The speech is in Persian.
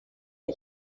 اون